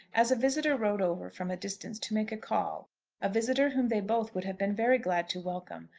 as a visitor rode over from a distance to make a call a visitor whom they both would have been very glad to welcome,